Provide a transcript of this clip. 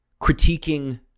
critiquing